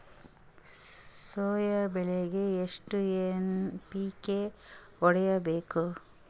Soya ಬೆಳಿಗಿ ಎಷ್ಟು NPK ಹೊಡಿಬೇಕು?